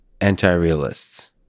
anti-realists